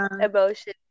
emotion